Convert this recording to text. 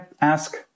ask